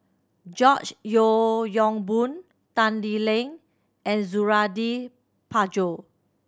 George Yeo Yong Boon Tan Lee Leng and Suradi Parjo